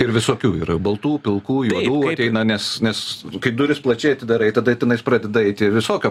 ir visokių yra baltų pilkų juodų ateina nes nes kaip duris plačiai atidarai tada tenais pradeda eiti visokio